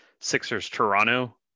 Sixers-Toronto